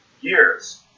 years